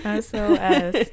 SOS